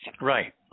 Right